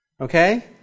okay